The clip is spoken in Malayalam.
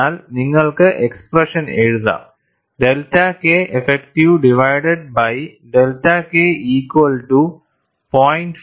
എന്നാൽ നിങ്ങൾക്ക് എക്സ്പ്രഷൻ എഴുതാം delta K effective divided by delta K equal to 0